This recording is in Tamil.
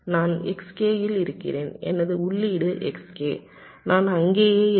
நான் Xk இல் இருக்கிறேன் எனது உள்ளீடு Xk நான் அங்கேயே இருக்கிறேன்